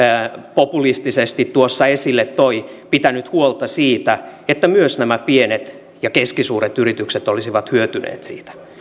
populistisesti tuossa esille toi pitäneet huolta siitä että myös nämä pienet ja keskisuuret yritykset olisivat hyötyneet siitä